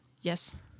Yes